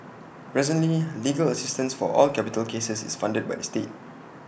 presently legal assistance for all capital cases is funded by the state